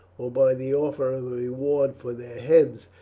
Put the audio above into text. or by the offer of a reward for their heads,